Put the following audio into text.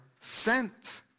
sent